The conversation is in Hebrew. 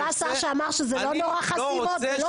זה השר שאמר שזה לא נורא חסימות, זה לא כזה נורא?